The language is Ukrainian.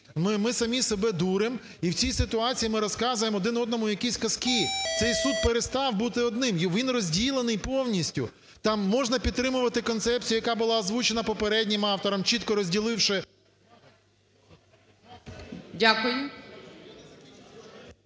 ми самі себе дуримо, і в цій ситуації ми розказуємо один одному якісь казки. Цей суд перестав бути одним, і він розділений повністю. Там можна підтримувати концепцію, яка була озвучена попереднім автором, чітко розділивши…